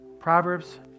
Proverbs